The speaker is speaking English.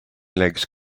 legs